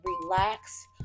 relax